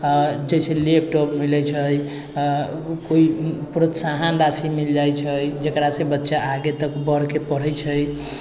आओर जाहिसँ लैपटॉप मिलै छै कोइ प्रोत्साहन राशि मिल जाइ छै जकरासँ बच्चा आगे तक बढ़िकऽ पढ़ै छै